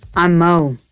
i'm mo.